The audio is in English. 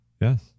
Yes